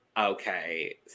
okay